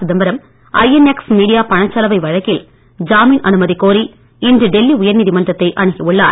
Chidambaram INX media பணச் சலவை வழக்கில் ஜாமீன் அனுமதி கோரி இன்று டெல்லி உயர்நீதிமன்றத்தை அணுகியுள்ளார்